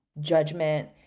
judgment